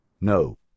No